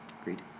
Agreed